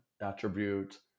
attribute